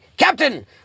Captain